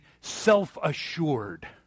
self-assured